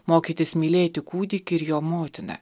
mokytis mylėti kūdikį ir jo motiną